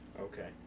Okay